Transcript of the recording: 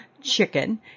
chicken